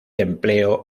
empleo